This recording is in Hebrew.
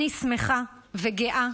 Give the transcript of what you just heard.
אני שמחה וגאה,